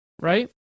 right